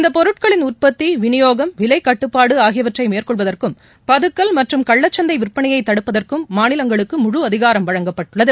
இந்தப் பொருட்களின் உற்பத்தி விநியோகம் விலைக்கட்டுப்பாடு ஆகியவற்றை மேற்கொள்வதற்கும் பதுக்கல் மற்றும் கள்ளச்சந்தை விற்பனையை தடுப்பதற்கும் மாநிலங்களுக்கு முழு அதிகாரம் வழங்கப்பட்டுள்ளது